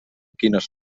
quines